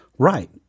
Right